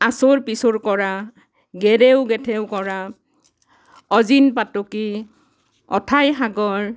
আঁচোৰ পিচোৰ কৰা গেৰেও গেথেও কৰা অজীন পাতকী অথাই সাগৰ